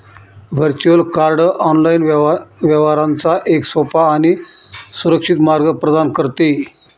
virtual card online व्यवहारांचा एक सोपा आणि सुरक्षित मार्ग प्रदान करते